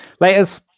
Laters